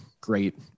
great